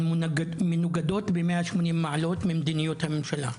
מנוגדות ב-180 מעלות ממדיניות הממשלה,